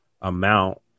amount